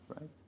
right